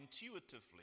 intuitively